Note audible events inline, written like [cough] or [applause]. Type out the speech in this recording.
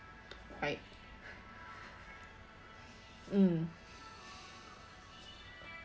[noise] right mm [noise]